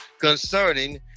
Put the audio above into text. Concerning